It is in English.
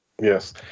Yes